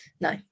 No